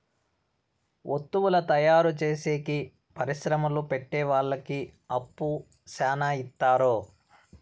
వత్తువుల తయారు చేసేకి పరిశ్రమలు పెట్టె వాళ్ళకి అప్పు శ్యానా ఇత్తారు